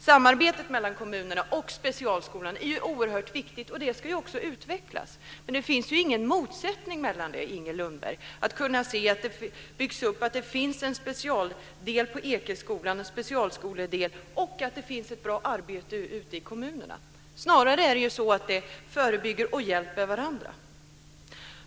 Samarbetet mellan kommunerna och specialskolan är oerhört viktigt och ska också utvecklas. Det finns ingen motsättning, Inger Lundberg, mellan att ha en specialskoledel på Ekeskolan och ett bra arbete ute i kommunerna. Snarare är det så att de förebygger och hjälper varandra.